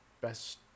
best